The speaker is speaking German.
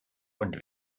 und